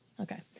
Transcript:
Okay